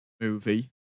movie